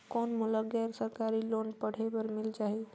कौन मोला गैर सरकारी लोन पढ़े बर मिल जाहि?